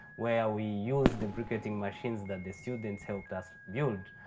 where we use the briquetting machines that the students helped us build,